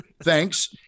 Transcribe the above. Thanks